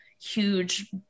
huge